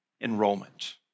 enrollment